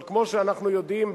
אבל כמו שאנחנו יודעים,